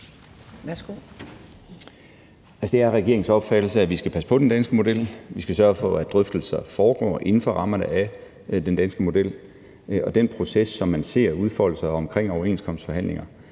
Det er regeringens opfattelse, at vi skal passe på den danske model, vi skal sørge for, at drøftelser foregår inden for rammerne af den danske model. Og den proces, vi ser udfolde sig omkring overenskomstforhandlinger